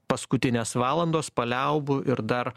paskutinės valandos paliaubų ir dar